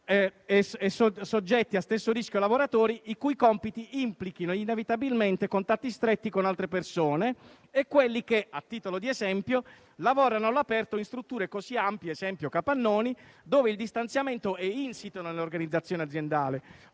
e soggetti a stesso rischio lavoratori i cui compiti implichino inevitabilmente contatti stretti con altre persone e quelli che - a titolo di esempio - lavorano all'aperto o in strutture così ampie (ad esempio, capannoni) dove il distanziamento è insito nell'organizzazione aziendale,